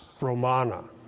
Romana